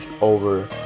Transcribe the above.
over